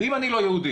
אם אני לא יהודי,